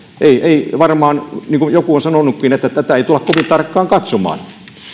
ei ei varmaan niin kuin joku on sanonutkin tätä tulla kovin tarkkaan katsomaan